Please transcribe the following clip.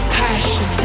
passion